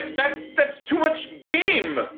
and that's that's too much game!